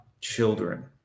children